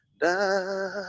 da